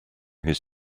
his